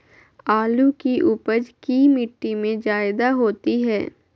आलु की उपज की मिट्टी में जायदा होती है?